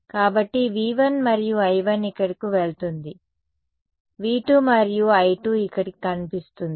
కాబట్టి V1 మరియు I1 ఇక్కడకు వెళుతుంది V2 మరియు I2 ఇక్కడ కనిపిస్తుంది